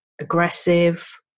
aggressive